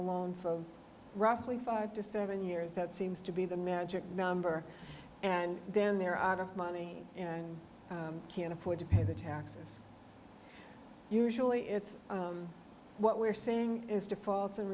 a loan for roughly five to seven years that seems to be the magic number and then they're out of money and can't afford to pay the taxes usually it's what we're saying is defaults in